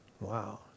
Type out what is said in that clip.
Wow